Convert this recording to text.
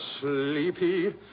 sleepy